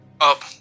up